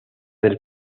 del